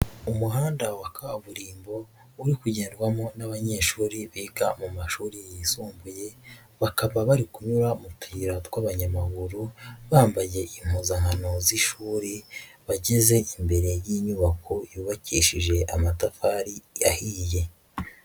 Umuhanda wa kaburimbo uri kugendarwamo n'abanyeshuri biga mu mashuri yisumbuye, bakaba bari kunyura mu tuyira tw'abanyamaguru, bambaye impozankano z'ishuri, bageze imbere y'inyubako yubakishije amatafari ahiye.